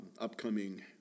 upcoming